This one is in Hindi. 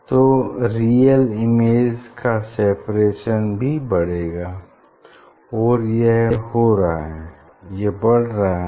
तो रियल इमेज का सेपरेशन भी बढ़ेगा और यह हो रहा है यह बढ़ रहा है